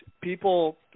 people